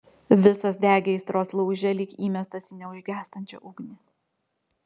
visas degė aistros lauže lyg įmestas į neužgęstančią ugnį